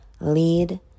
lead